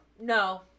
no